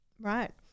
Right